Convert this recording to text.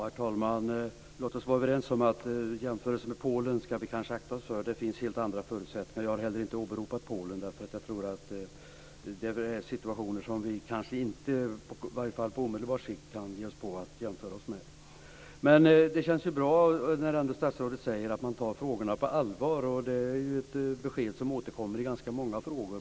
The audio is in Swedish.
Herr talman! Låt oss vara överens om att vi kanske skall akta oss för jämförelser med Polen. Där finns helt andra förutsättningar, och jag har heller inte åberopat Polen, därför att jag tror att det där finns situationer som vi kanske inte i varje fall på omedelbar sikt kan ge oss på att jämföra oss med. Det känns bra att statsrådet ändå säger att man tar frågorna på allvar. Det är ett besked som återkommer i ganska många svar.